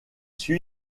issu